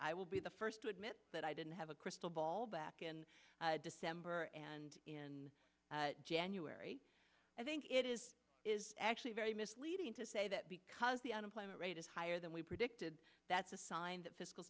i will be the first to admit that i didn't have a crystal ball back in december and in january i think it is actually very misleading to say that because the unemployment rate is higher than we predicted that's a sign that fiscal